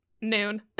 noon